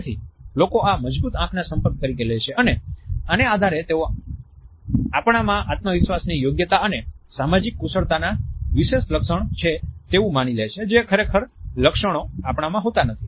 તેથી લોકો આ મજબૂત આંખના સંપર્ક તરીકે લે છે અને આને આધારે તેઓ આપણામાં આત્મવિશ્વાસની યોગ્યતા અને સામાજિક કુશળતાના વિશેષ લક્ષણ છે તેવું માની લે છે જે ખરેખર લક્ષણો આપણામાં હોતા નથી